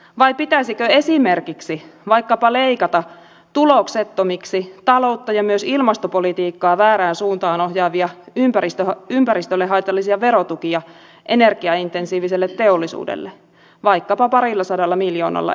vai pitäisikö esimerkiksi vaikkapa leikata tuloksettomiksi taloutta ja myös ilmastopolitiikkaa väärään suuntaan ohjaavia ympäristölle haitallisia verotukia energiaintensiiviselle teollisuudelle vaikkapa parillasadalla miljoonalla eurolla